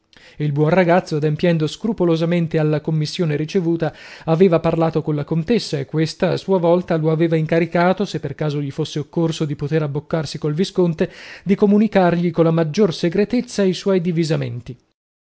il buon ragazzo adempiendo scrupolosamente alla commissione ricevuta aveva parlato colla contessa e questa a sua volta lo aveva incaricato se per caso gli fosse occorso di poter abboccarsi col visconte di comunicargli colla maggior segretezza i suoi